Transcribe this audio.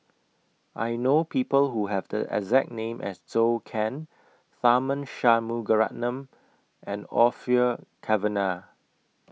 I know People Who Have The exact name as Zhou Can Tharman Shanmugaratnam and Orfeur Cavenagh